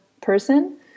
person